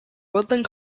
woodland